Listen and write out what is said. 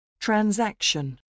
Transaction